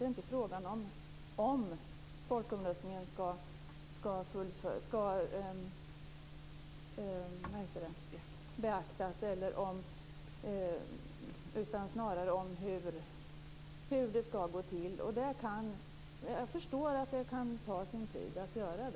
Det är inte fråga om ifall folkomröstningens resultat skall beaktas. Det gäller snarare hur det skall gå till. Jag förstår att det kan ta sin tid.